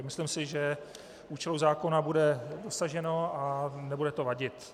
Myslím si, že účelu zákona bude dosaženo a nebude to vadit.